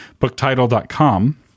booktitle.com